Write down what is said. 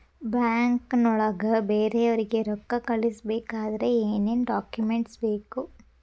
ಬ್ಯಾಂಕ್ನೊಳಗ ಬೇರೆಯವರಿಗೆ ರೊಕ್ಕ ಕಳಿಸಬೇಕಾದರೆ ಏನೇನ್ ಡಾಕುಮೆಂಟ್ಸ್ ಬೇಕು?